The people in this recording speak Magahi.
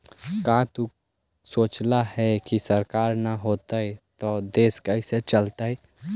क्या कभी तु सोचला है, की सरकार ना होतई ता देश कैसे चलतइ